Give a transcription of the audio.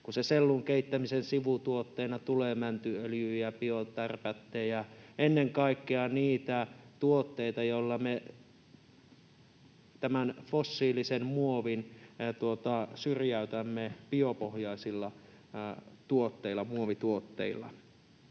sellun keittämisen sivutuotteena tulee mäntyöljyä ja biotärpättejä, ennen kaikkea niitä tuotteita, joilla me tämän fossiilisen muovin syrjäytämme biopohjaisilla tuotteilla,